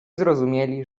zrozumieli